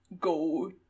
go